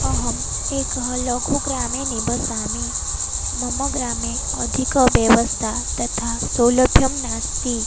अहम् एकलघुग्रामे निवसामि मम ग्रामे अधिकव्यवस्था तथा सौलभ्यं नास्ति